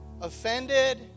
offended